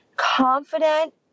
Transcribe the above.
Confident